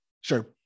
Sure